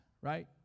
right